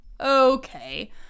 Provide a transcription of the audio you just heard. Okay